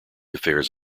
affairs